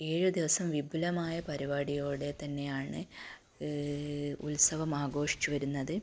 ഏഴ് ദിവസം വിപുലമായ പരിപാടിയോടെ തന്നെയാണ് ഉത്സവം ആഘോഷിച്ച് വരുന്നത്